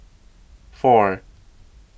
four